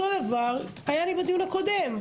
אותו דבר היה לי בדיון הקודם.